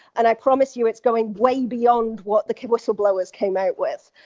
and i promise you, it's going way beyond what the whistleblowers came out with.